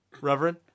Reverend